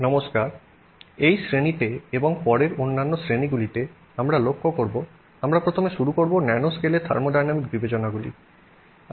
নমস্কার এই শ্রেণীতে এবং পরের অন্যান্য শ্রেণীগুলিতে আমরা লক্ষ্য করব আমরা প্রথমে শুরু করব ন্যানোস্কেলে থার্মোডাইনামিক বিবেচনাগুলি লক্ষ্য করবো